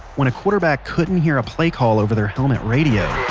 when a quarterback couldn't hear a play call over their helmet radio,